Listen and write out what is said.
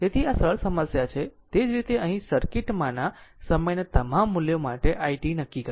તેથી આ સરળ સમસ્યા છે તે જ રીતે અહીં સર્કિટ માંના સમયના તમામ મૂલ્યો માટે i t નક્કી કરીએ